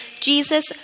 Jesus